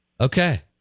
Okay